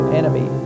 enemy